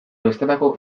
bestelako